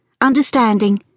understanding